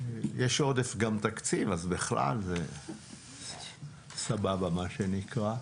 יש עודף תקציב אז בכלל זה סבבה, מה שנקרא.